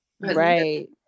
Right